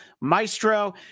Maestro